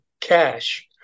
cash